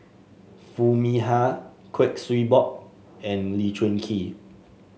Foo Mee Har Kuik Swee Boon and Lee Choon Kee